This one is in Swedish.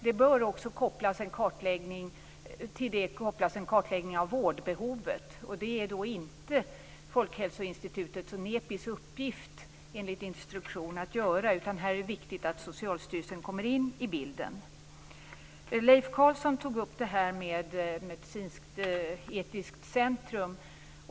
Det bör också till det kopplas en kartläggning av vårdbehovet. Det är det inte Folkhälsoinstitutets och Nepis uppgift att göra enligt instruktion, utan här är det viktigt att Socialstyrelsen kommer in i bilden. Leif Carlson tog upp frågan om ett medicinsketiskt centrum.